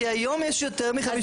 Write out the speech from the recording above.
כי היום יש יותר מ-50%.